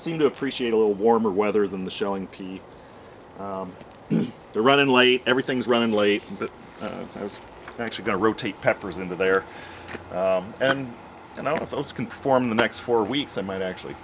seem to appreciate a little warmer weather than the showing peat they're running late everything's running late but i was actually going to rotate peppers into their end and all of those can perform the next four weeks i might actually